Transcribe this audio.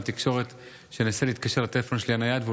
התקשורת שינסה להתקשר לטלפון הנייד שלי,